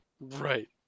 Right